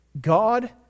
God